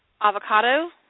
avocado